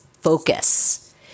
focus